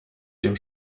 dem